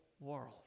world